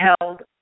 held